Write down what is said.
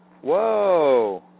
Whoa